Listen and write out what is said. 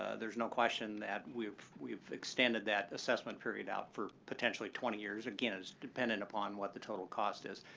ah there's no question that we've we've extended that assessment period out for potentially twenty years. again, it's dependent upon what the total cost is.